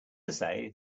say